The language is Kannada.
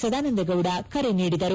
ಸದಾನಂದ ಗೌಡ ಕರೆ ನೀಡಿದರು